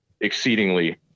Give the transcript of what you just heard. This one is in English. exceedingly